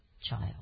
child